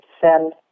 send